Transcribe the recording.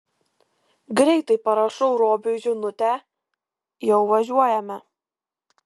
greitai parašau robiui žinutę jau važiuojame